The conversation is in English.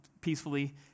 peacefully